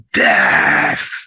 death